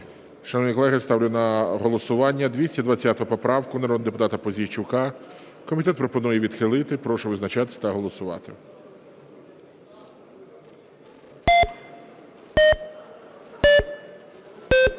Шановні колеги, ставлю на голосування 220 поправку народного депутата Пузійчука. Комітет пропонує відхилити. Прошу визначатись та голосувати.